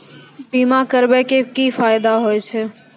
बीमा करबै के की फायदा होय छै?